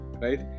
right